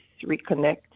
reconnect